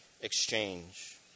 exchange